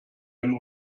einen